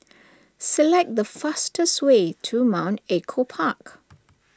select the fastest way to Mount Echo Park